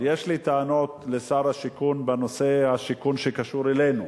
יש לי טענות לשר השיכון בנושאי השיכון שקשורים אלינו,